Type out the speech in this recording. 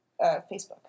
Facebook